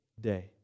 day